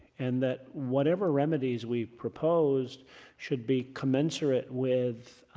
and that whatever remedies we proposed should be commensurate with